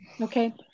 Okay